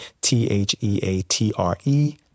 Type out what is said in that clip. T-H-E-A-T-R-E